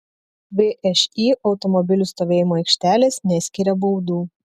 všį automobilių stovėjimo aikštelės neskiria baudų